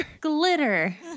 Glitter